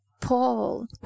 Paul